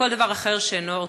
כל דבר אחר שאינו אורתודוקסי?